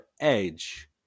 Edge